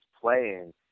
playing